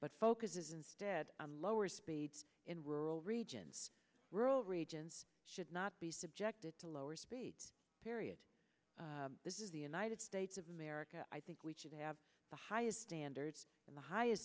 but focuses instead on lower speeds in rural regions rural regions should not be subjected to lower speed period this is the united states of america i think we should have the highest standards and the highest